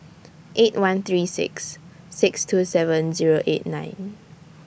eight one three six six two seven Zero eight nine